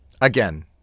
Again